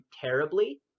terribly